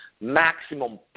maximum